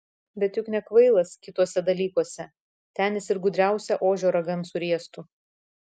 bet juk nekvailas kituose dalykuose ten jis ir gudriausią ožio ragan suriestų